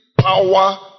power